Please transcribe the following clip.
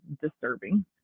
disturbing